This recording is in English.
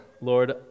Lord